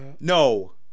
No